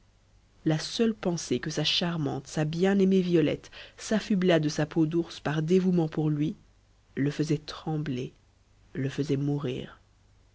la seule pensée que sa charmante sa bien-aimée violette s'affublât de sa peau d'ours par dévouement pour lui le faisait trembler le faisait mourir